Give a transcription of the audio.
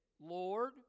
Lord